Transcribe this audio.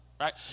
Right